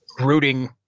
rooting